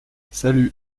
salut